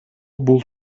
бул